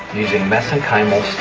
using mesenchymal